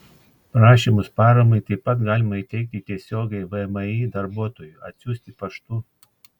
prašymus paramai taip pat galima įteikti tiesiogiai vmi darbuotojui atsiųsti paštu